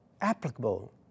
applicable